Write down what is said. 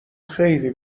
خیلی